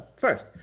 first